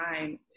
time